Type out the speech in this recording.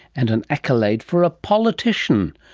and an accolade for a politician.